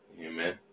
amen